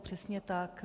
Přesně tak.